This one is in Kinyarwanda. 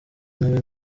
nawe